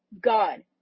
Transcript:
god